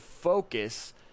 focus